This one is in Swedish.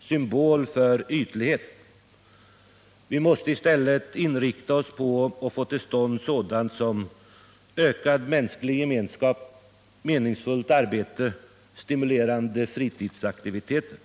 symbol för ytlighet. Vi måste i stället inrikta oss på att få till stånd sådant som ökad mänsklig gemenskap, meningsfullt arbete och stimulerande fritidsaktiviteter.